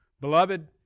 Beloved